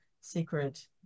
secret